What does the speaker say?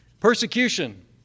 Persecution